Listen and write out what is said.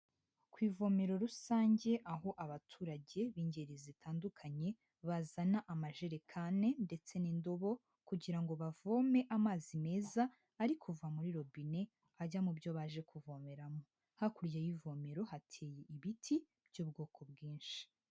Ku ivomero rusange aho abaturage b'ingeri zitandukanye bazana amajerekane ndetse n'indobo kugira ngo bavome amazi meza arikuva muri robine ajya mu byo baje kuvomeramo. Hakurya y'ivomero hateye ibiti by'ubwoko bwinshi.